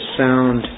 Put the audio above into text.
sound